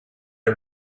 are